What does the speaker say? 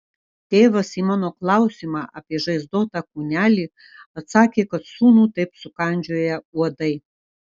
tėvas į mano klausimą apie žaizdotą kūnelį atsakė kad sūnų taip sukandžioję uodai